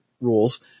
rules